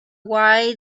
why